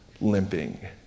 Limping